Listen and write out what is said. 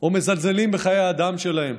או מזלזלים בחיי האדם שלהם.